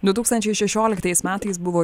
du tūkstančiai šešioliktais metais buvo